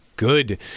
Good